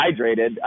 hydrated